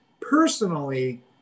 Personally